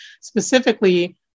specifically